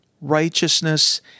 righteousness